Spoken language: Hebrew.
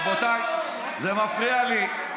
ברשותכם, רבותיי, זה מפריע לי.